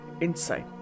inside